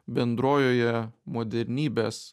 bendrojoje modernybės